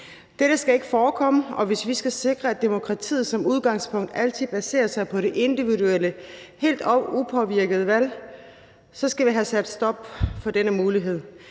Dette skal ikke forekomme, og hvis vi skal sikre, at demokratiet som udgangspunkt altid baserer sig på det individuelle og helt upåvirkede valg, skal vi have sat en stopper for den mulighed.